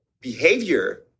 behavior